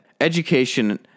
Education